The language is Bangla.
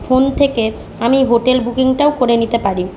ফোন থেকে আমি হোটেল বুকিংটাও করে নিতে পারি